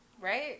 right